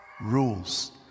rules